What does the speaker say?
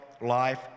life